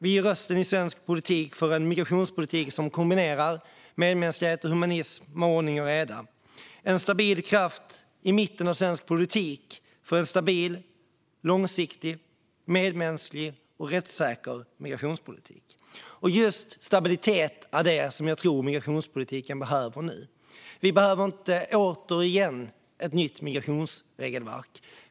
Vi är rösten i svensk politik för en migrationspolitik som kombinerar medmänsklighet och humanism med ordning och reda. Vi är en stabil kraft i mitten av svensk politik för en stabil, långsiktig, medmänsklig och rättssäker migrationspolitik. Just stabilitet är det jag tror att migrationspolitiken behöver nu. Vi behöver inte återigen ett nytt migrationsregelverk.